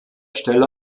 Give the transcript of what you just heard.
stelle